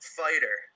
fighter